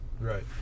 right